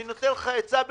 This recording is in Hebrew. אני נותן לך עצה בחינם.